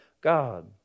God